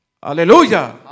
Aleluya